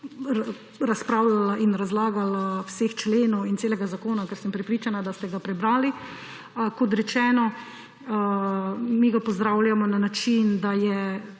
razpravljala in razlagala vseh členov in celega zakona, ker sem prepričana, da ste ga prebrali. Kot rečeno, mi ga pozdravljamo na način, da je